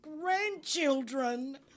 grandchildren